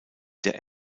der